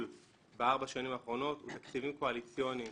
בארבע השנים האחרונות הוא תקציבים קואליציוניים